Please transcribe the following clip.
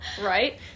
Right